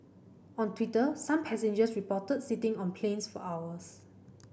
on Twitter some passengers reported sitting on planes for hours